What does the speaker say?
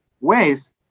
ways